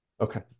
Okay